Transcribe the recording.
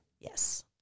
Yes